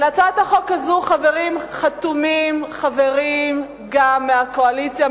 על הצעת החוק הזאת חתומים חברים גם מהקואליציה,